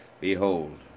Behold